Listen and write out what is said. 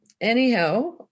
anyhow